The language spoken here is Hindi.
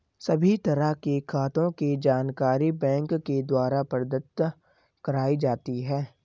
सभी तरह के खातों के जानकारी बैंक के द्वारा प्रदत्त कराई जाती है